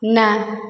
ନା